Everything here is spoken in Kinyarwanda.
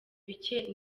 bike